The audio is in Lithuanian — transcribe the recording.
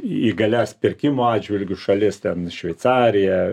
įgalias pirkimo atžvilgiu šalis ten šveicarija